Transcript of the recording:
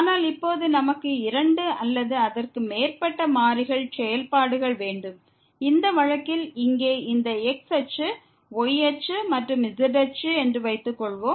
ஆனால் இப்போது நமக்கு இரண்டு அல்லது அதற்கு மேற்பட்ட மாறிகள் செயல்பாடுகள் வேண்டும் இந்த வழக்கில் இங்கே இந்த x அச்சு y அச்சு மற்றும் z அச்சு இருக்கிறது என்று வைத்துக்கொள்வோம்